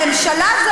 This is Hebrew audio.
הממשלה?